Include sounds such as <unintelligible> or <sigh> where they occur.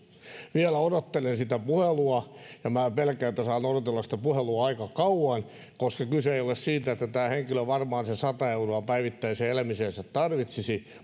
vielä odottelen sitä puhelua minä pelkään että saan odotella sitä puhelua aika kauan koska se ei ole kiinni siitä etteikö tämä henkilö varmaan sitä sataa euroa päivittäiseen elämiseensä tarvitsisi <unintelligible>